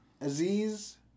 Aziz